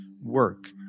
work